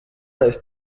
ist